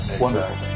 wonderful